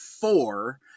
four